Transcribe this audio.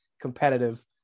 competitive